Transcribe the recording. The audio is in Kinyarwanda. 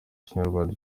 kinyarwanda